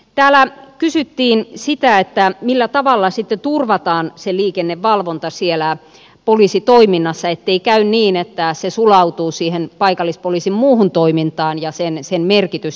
täällä kysyttiin sitä että millä tavalla sitten turvataan se liikennevalvonta siellä poliisitoiminnassa ettei käy niin että se sulautuu siihen paikallispoliisin muuhun toimintaan ja sen sen merkitys